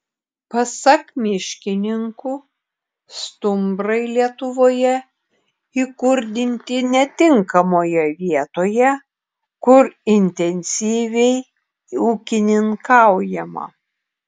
pasak miškininkų stumbrai lietuvoje įkurdinti netinkamoje vietoje kur intensyviai ūkininkaujama